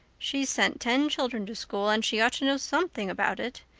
she's sent ten children to school and she ought to know something about it.